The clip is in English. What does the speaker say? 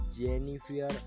Jennifer